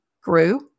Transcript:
grew